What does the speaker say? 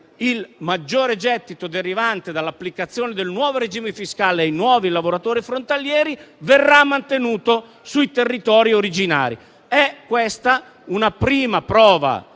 il maggiore gettito derivante dall'applicazione del nuovo regime fiscale ai nuovi lavoratori frontalieri verrà mantenuto sui territori originari. È questa una prima prova